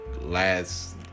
last